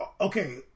Okay